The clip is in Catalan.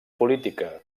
política